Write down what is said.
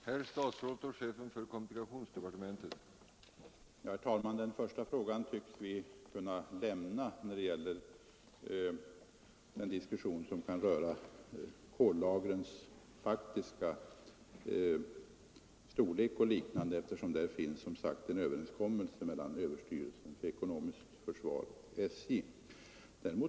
Herr talman! Frågan om kollagrens faktiska storlek och liknande tycks vi kunna lämna — på den punkten finns som sagt en överenskommelse mellan överstyrelsen för ekonomiskt försvar och SJ.